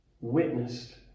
witnessed